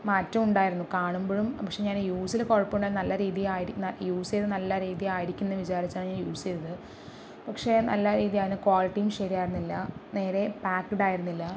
മാറ്റമുണ്ടായിരുന്നു കാണുമ്പോഴും പക്ഷേ ഞാൻ യൂസ് കുഴപ്പമുണ്ടായിരുന്ന നല്ല രീതിയായിരിക്കുന്ന യൂസില് നല്ല രീതി ആയിരിക്കുമെന്ന് വിചാരിച്ചാണ് ഞാൻ യൂസ് ചെയ്തത് പക്ഷേ നല്ല രീതിയല്ല ക്വാളിറ്റിയും ശരിയായിരുന്നില്ല നേരെ പാക്ക്ഡ് ആയിരുന്നില്ല